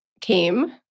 came